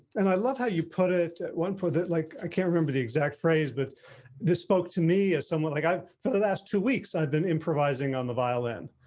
and i love how you put it at one point that like i can't remember the exact phrase, but this spoke to me as someone like i, for the last two weeks, i've been improvising on the violin,